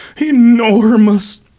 enormous